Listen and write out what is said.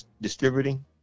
distributing